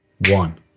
One